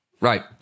right